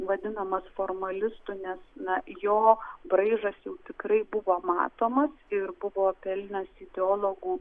vadinamas formalistu nes na jo braižas jau tikrai buvo matomas ir buvo pelnęs ideologų